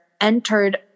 entered